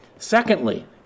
Secondly